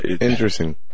Interesting